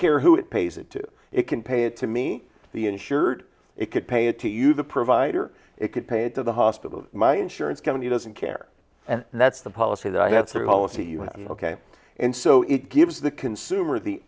care who it pays it to it can pay it to me the insured it could pay it to you the provider it could pay it to the hospital my insurance company doesn't care and that's the policy that's their policy you have ok and so it gives the consumer the